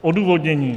Odůvodnění.